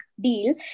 deal